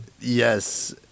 Yes